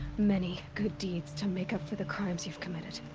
many good deeds to make up for the crimes you've committed.